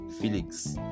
Felix